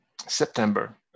September